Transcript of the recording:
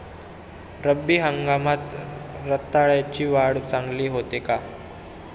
रब्बी हंगामात रताळ्याची वाढ चांगली होते का?